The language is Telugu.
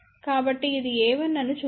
కాబట్టి ఇది a1 అని చూద్దాం